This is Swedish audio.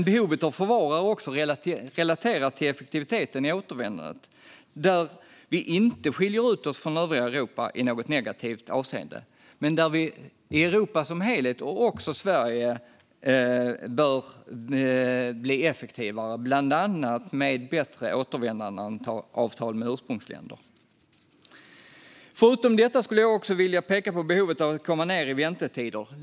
Behovet av att förvara är också relaterat till effektiviteten i återvändandet, och här skiljer vi inte ut oss från övriga Europa i något negativt avseende. Europa som helhet, inklusive Sverige, bör dock bli effektivare, bland annat med bättre återvändandeavtal med ursprungsländer. Förutom detta vill jag också peka på behovet av att komma ned i väntetid.